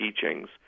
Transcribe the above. teachings